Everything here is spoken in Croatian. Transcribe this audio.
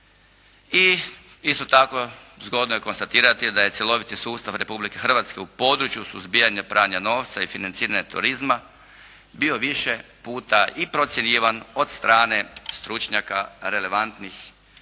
i isto tako zgodno je konstatirati da je cjeloviti sustav Republike Hrvatske u području suzbijanja pranja novca i financiranje turizma bio više puta i procjenjivan od strane stručnjaka relevantnih